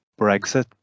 Brexit